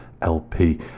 LP